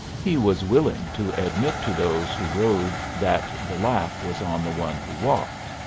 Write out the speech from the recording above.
he was willing to admit to those who rode that the laugh was on the one who walked.